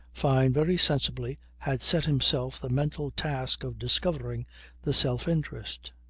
fyne very sensibly had set himself the mental task of discovering the self-interest.